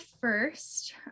first